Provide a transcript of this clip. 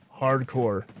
hardcore